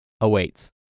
awaits